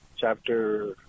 chapter